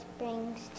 brings